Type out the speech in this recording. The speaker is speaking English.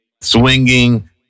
swinging